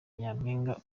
nyampinga